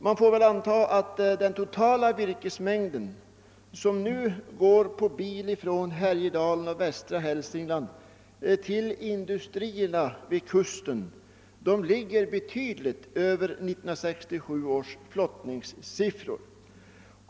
Man får väl anta att den totala virkesmängd som nu går på bil från Härjedalen och västra Hälsingland till industrierna vid kusten ligger betydligt över 1967 års flottningssiffror.